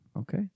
Okay